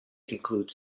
includes